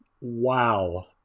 Wow